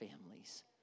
families